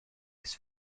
his